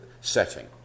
setting